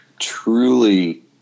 truly